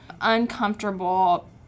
uncomfortable –